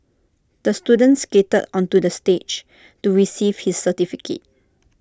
the student skated onto the stage to receive his certificate